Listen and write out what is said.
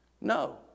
No